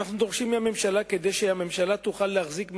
אנו דורשים מהממשלה כדי שהממשלה תוכל להחזיק מעמד,